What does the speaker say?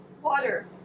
Water